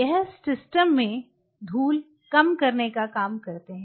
यह सिस्टम में धूल कम करने का काम करते है